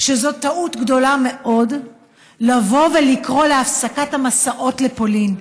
שזאת טעות גדולה מאוד לבוא ולקרוא להפסקת המסעות לפולין.